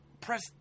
press